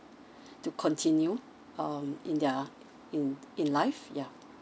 to continue um in their in in life yeah